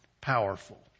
powerful